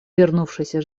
вернувшаяся